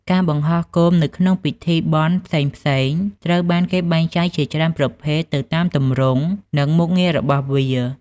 ការបង្ហោះគោមនៅក្នុងពិធីបុណ្យផ្សេងៗត្រូវបានគេបែងចែកជាច្រើនប្រភេទទៅតាមទម្រង់ និងមុខងាររបស់វា។